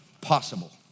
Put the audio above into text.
possible